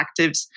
actives